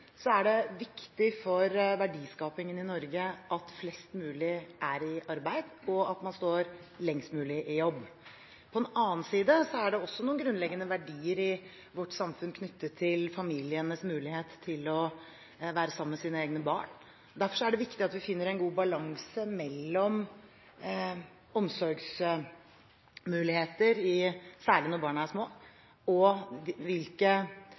er det viktig for verdiskapingen i Norge at flest mulig er i arbeid, og at man står lengst mulig i jobb. På den annen side er det også noen grunnleggende verdier i vårt samfunn knyttet til familienes mulighet til å være sammen med sine egne barn. Derfor er det viktig at vi finner en god balanse mellom omsorgsmuligheter, særlig når barna er små, og hvilke